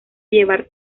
llevar